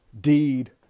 deed